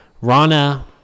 Rana